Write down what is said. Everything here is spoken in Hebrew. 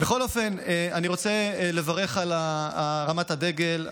בכל אופן, אני רוצה לברך על הרמת הדגל.